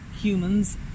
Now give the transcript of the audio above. humans